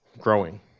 Growing